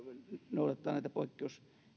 noudattaa näitä poikkeus